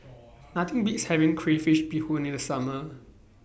Nothing Beats having Crayfish Beehoon in The Summer